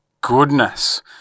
goodness